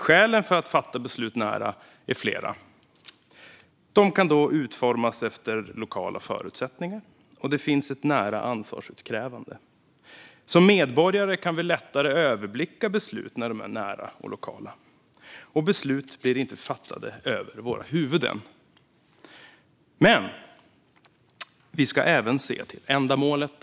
Skälen för att fatta beslut nära är flera. De kan utformas efter lokala förutsättningar, och det finns ett nära ansvarsutkrävande. Som medborgare kan vi lättare överblicka beslut när de är nära och lokala, och beslut fattas inte över våra huvuden. Men vi ska även se till ändamålet.